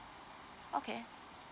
okay